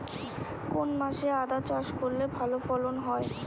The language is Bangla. কোন মাসে আদা চাষ করলে ভালো ফলন হয়?